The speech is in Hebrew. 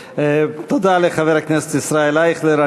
תודה לחבר הכנסת ישראל אייכלר.